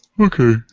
Okay